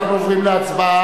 אנחנו עוברים להצבעה,